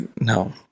no